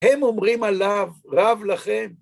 הם אומרים עליו, רב לכם.